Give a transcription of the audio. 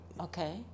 Okay